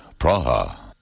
Praha